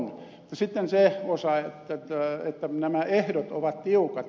mutta sitten se osa että nämä ehdot ovat tiukat